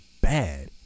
bad